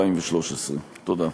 ביולי 2013. תודה.